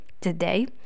today